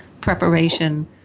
preparation